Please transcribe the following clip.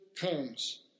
comes